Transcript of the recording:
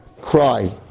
cry